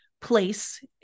place